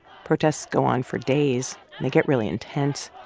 protests go on for days and they get really intense.